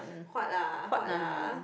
huat ah huat ah